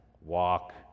Walk